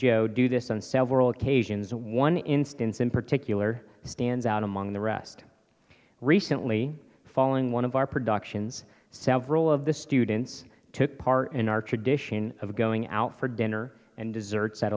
joe do this on several occasions and one instance in particular stands out among the rest recently following one of our productions several of the students took part in our tradition of going out for dinner and desserts at